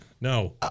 No